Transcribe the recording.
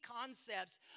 concepts